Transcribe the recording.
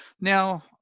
Now